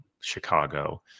Chicago